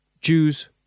Jews